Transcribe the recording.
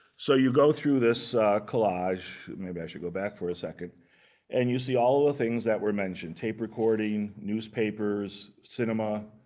so you go through this collage maybe i should go back for a second and you see all of the things that were mentioned tape recording, newspapers, cinema,